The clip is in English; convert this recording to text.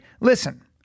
Listen